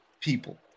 people